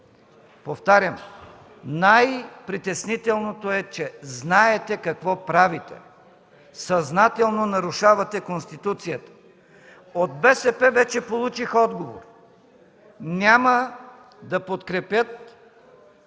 Повтарям: най-притеснителното е, че знаете какво правите – съзнателно нарушавате Конституцията. От БСП вече получих отговор. Няма да подкрепят